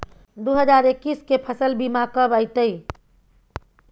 दु हजार एक्कीस के फसल बीमा कब अयतै?